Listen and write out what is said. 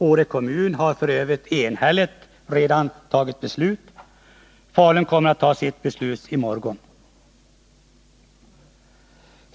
Åre kommun har f. ö. redan enhälligt tagit ett beslut. Falun kommer att ta sitt beslut i morgon.